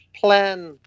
plan